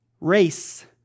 race